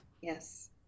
Yes